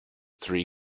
three